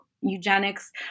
eugenics